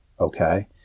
Okay